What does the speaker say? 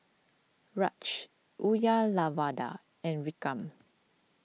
Raj Uyyalawada and Vikram